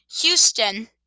Houston